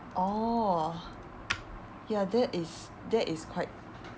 orh ya that is that is quite